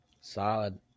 solid